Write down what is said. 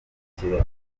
ikirego